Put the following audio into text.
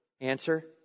Answer